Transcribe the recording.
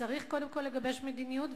צריך קודם כול לגבש מדיניות,